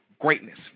Greatness